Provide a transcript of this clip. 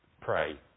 pray